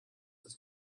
das